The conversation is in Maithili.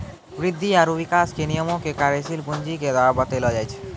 वृद्धि आरु विकास के नियमो के कार्यशील पूंजी के द्वारा बतैलो जाय छै